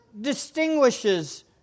distinguishes